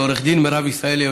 לעו"ד מירב ישראלי,